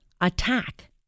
attack